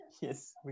yes